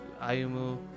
Ayumu